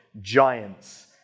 giants